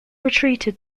retreated